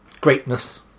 Greatness